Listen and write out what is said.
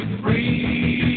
free